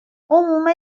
عموم